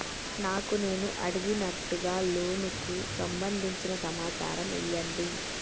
నాకు నేను అడిగినట్టుగా లోనుకు సంబందించిన సమాచారం ఇయ్యండి?